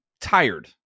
tired